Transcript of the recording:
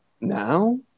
Now